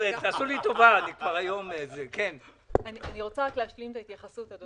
אני רוצה רק להשלים את ההתייחסות.